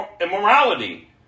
immorality